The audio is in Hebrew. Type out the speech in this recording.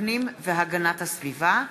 הפנים והגנת הסביבה,